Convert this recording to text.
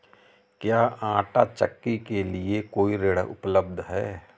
क्या आंटा चक्की के लिए कोई ऋण उपलब्ध है?